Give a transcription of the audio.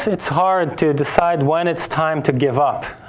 it's hard to decide when it's time to give up.